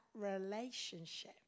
relationship